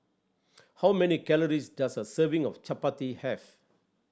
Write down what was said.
how many calories does a serving of Chapati have